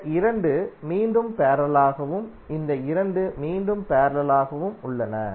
இந்த 2 மீண்டும் பேரலலாகவும் இந்த 2 மீண்டும் பேரலலாகவும் உள்ளன